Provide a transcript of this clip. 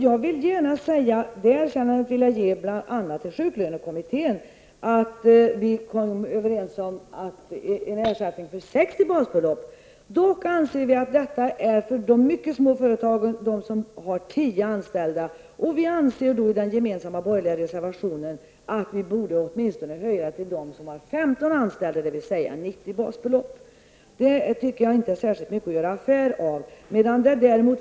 Jag vill gärna säga -- det erkännandet vill jag ge bl.a. till sjuklönekommittén -- att vi kom överens om 60 basbelopp. Vi anser dock att detta är för de mycket små företagen, dvs. de som har högst tio anställda. I den gemensamma borgerliga reservationen anser vi att vi åtminstone borde ändra detta till att gälla dem som har högst femton anställda, dvs. 90 basbelopp. Jag tycker inte att detta är särskilt mycket att göra någon affär av.